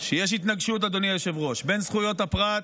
שיש התנגשות בין זכויות הפרט,